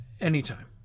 Anytime